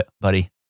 buddy